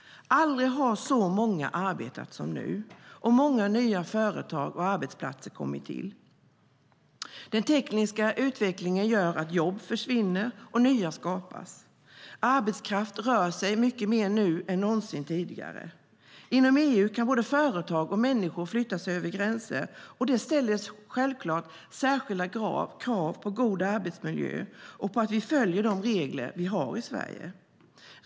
Aldrig har så många arbetat som nu, och många nya företag och arbetsplatser kommer till. Den tekniska utvecklingen gör att jobb försvinner och nya skapas. Arbetskraft rör sig mycket mer nu än någonsin tidigare. Inom EU kan både företag och människor flytta över gränserna, och det ställer självklart särskilda krav på god arbetsmiljö och på att vi följer de regler vi har i Sverige.